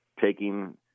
taking